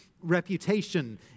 reputation